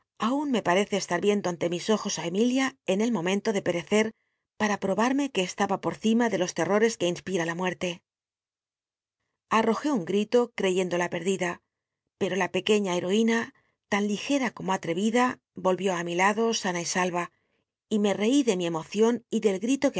wn me parece estar y mis ojos ti emilin en el momento de perecer para probarme que estaba por cima de los terores que inspira la muerte arrojé un grito ceyéndola perle ueiia heoina tan ligera como dida pero la j ida ohió mi lado sana y salva y me rci de mi cmocion y c el grito